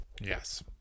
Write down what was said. Yes